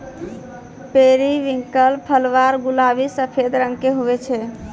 periwinkle flower गुलाबी सफेद रंग के हुवै छै